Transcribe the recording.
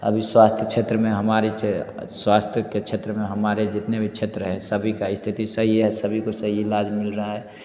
अभी स्वास्थ्य क्षेत्र में हमारे स्वास्थ्य के क्षेत्र में हमारे जितने भी क्षेत्र है सभी की स्थिति सही है सभी को सही इलाज मिल रहा है